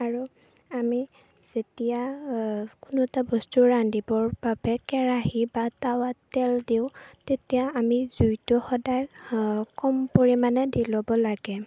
আৰু আমি যেতিয়া কোনো এটা বস্তু ৰান্ধিবৰ বাবে কেৰাহী বা টাৱাত তেল দিওঁ তেতিয়া আমি জুইটো সদায় কম পৰিমাণে দি ল'ব লাগে